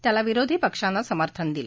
त्याला विरोधी पक्षानं समर्थन दिलं